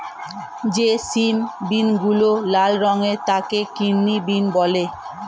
যে সিম বিনগুলো লাল রঙের তাকে কিডনি বিন বলে